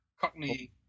Cockney